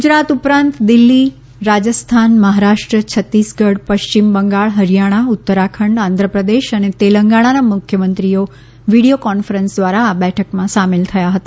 ગુજરાત ઉપરાંત દિલ્ઠી રાજસ્થાન મહારાષ્ટ્ર છત્તીસગઢ પશ્ચિમ બંગાળ હરિયાણા ઉત્તરાખંડ આંધ્રપ્રદેશ અને તેલંગાણાના મુખ્યમંત્રીઓ વિડીયો કોન્ફરન્સ દ્વારા આ બેઠકમાં સામેલ થયા હતા